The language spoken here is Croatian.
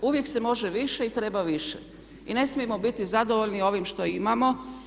Uvijek se može više i treba više i ne smijemo biti zadovoljni ovim što imamo.